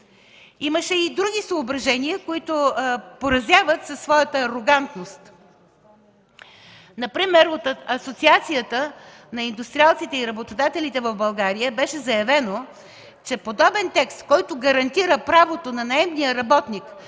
Имаше и други съображения, които поразяват със своята арогантност. Например от Асоциацията на индустриалците и работодателите в България беше заявено, че подобен текст, който гарантира правото на наемния работник